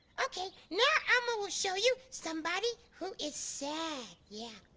okay now elmo will show you somebody who is sad, yeah.